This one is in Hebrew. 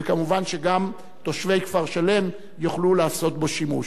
וכמובן גם תושבי כפר-שלם יוכלו לעשות בו שימוש.